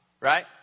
Right